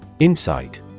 Insight